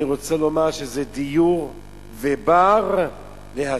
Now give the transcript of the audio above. אני רוצה לומר שזה דיור ובר להשגה.